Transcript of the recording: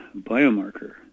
biomarker